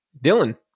Dylan